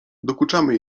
dokuczamy